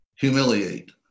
humiliate